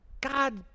God